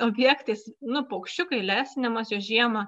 objektais nu paukščiukai lesinimas juos žiemą